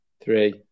three